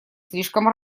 слишком